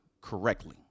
correctly